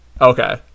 Okay